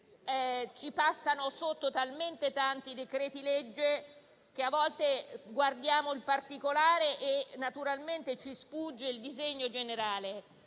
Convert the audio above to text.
ci passano sotto talmente tanti decreti-legge che a volte guardiamo il particolare e ci sfugge il disegno generale;